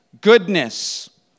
goodness